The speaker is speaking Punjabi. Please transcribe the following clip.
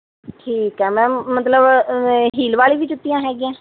ਠੀਕ ਹੈ ਮੈਮ ਮਤਲਬ ਹੀਲ ਵਾਲੀਆਂ ਵੀ ਜੁੱਤੀਆਂ ਹੈਗੀਆਂ